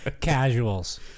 casuals